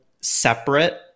separate